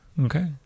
Okay